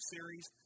Series